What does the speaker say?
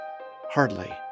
hardly